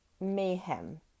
mayhem